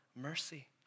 mercy